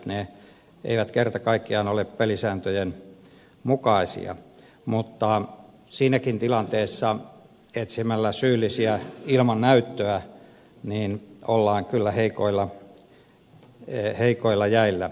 ne eivät kerta kaikkiaan ole pelisääntöjen mukaisia mutta siinäkin tilanteessa etsimällä syyllisiä ilman näyttöä ollaan kyllä heikoilla jäillä